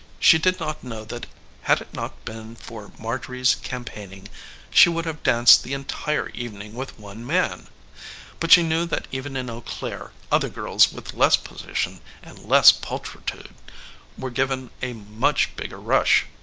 she did not know that had it not been for marjorie's campaigning she would have danced the entire evening with one man but she knew that even in eau claire other girls with less position and less pulchritude were given a much bigger rush.